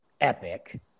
epic